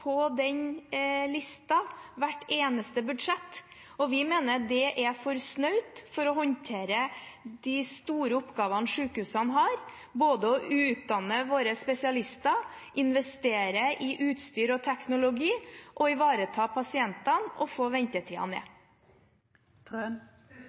på den listen ved hvert eneste budsjett, og vi mener det er for snaut for å håndtere de store oppgavene sykehusene har med både å utdanne spesialistene våre, investere i utstyr og teknologi, ivareta pasientene og få ventetidene